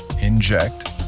inject